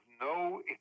no